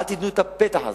אל תיתנו את הפתח הזה,